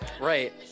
right